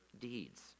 deeds